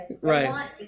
right